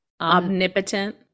omnipotent